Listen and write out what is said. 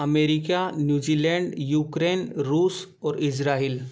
America New Zealand Ukraine रूस और Israel